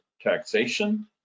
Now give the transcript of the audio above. Taxation